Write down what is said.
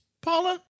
Paula